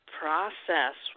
process